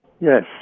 Yes